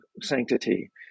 sanctity